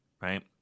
right